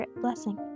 blessing